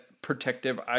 Protective